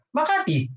Makati